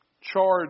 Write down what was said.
charge